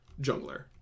jungler